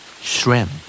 Shrimp